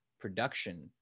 production